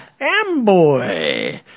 Amboy